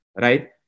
right